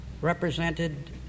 represented